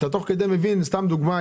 סתם דוגמה,